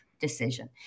decision